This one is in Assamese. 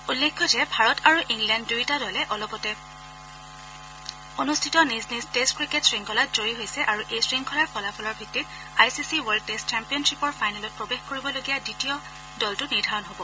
উল্লেখযোগ্য যে ভাৰত আৰু ইংলেণ্ড দুয়োটা দলে অলপতে অনুষ্ঠিত নিজ নিজ টেষ্ট ক্ৰিকেট শৃংখলাত জয়ী হৈছে আৰু এই শৃংখলাৰ ফলাফলৰ ভিত্তিত I C C world test ছেম্পিয়নশ্বিপৰ ফাইনেলত প্ৰৱেশ কৰিবলগীয়া দ্বিতীয় দলটো নিৰ্ধাৰণ হব